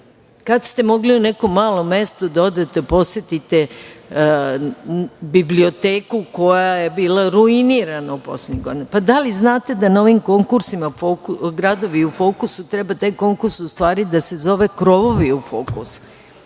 ste mogli u nekom malom mesto da odete da posetite biblioteku koja je bila ruinirana poslednjih godina? Da li znate da na ovim konkursima „Gradovi u fokusu“, taj konkurs u stvari treba da se zove „Krovovi u fokusu“,